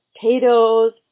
potatoes